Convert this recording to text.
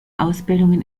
ausbildungen